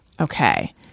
Okay